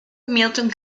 milton